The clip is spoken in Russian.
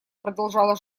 продолжала